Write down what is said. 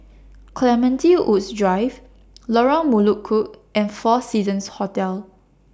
Clementi Woods Drive Lorong Melukut and four Seasons Hotel